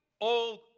old